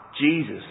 Jesus